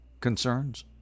concerns